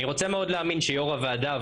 אני רוצה מאוד להאמין שיו"ר הוועדה,